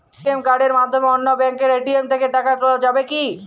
ATM কার্ডের মাধ্যমে অন্য ব্যাঙ্কের এ.টি.এম থেকে টাকা তোলা যাবে কি?